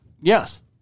yes